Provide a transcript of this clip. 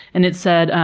and it said,